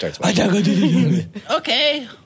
Okay